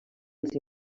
els